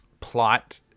plot